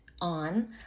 on